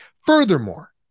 Furthermore